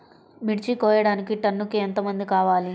మిర్చి కోయడానికి టన్నుకి ఎంత మంది కావాలి?